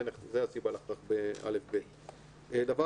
לגבי